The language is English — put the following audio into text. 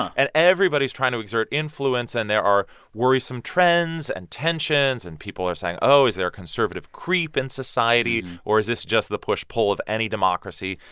and everybody's trying to exert influence. and there are worrisome trends and tensions. and people are saying, oh, is there a conservative creep in society? or is this just the push-pull of any democracy?